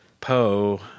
Poe